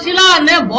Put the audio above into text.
la and then